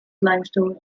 limestone